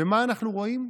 ומה אנחנו רואים?